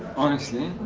honestly,